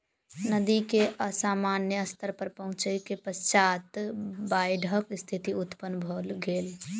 नदी के असामान्य स्तर पर पहुँचै के पश्चात बाइढ़क स्थिति उत्पन्न भ गेल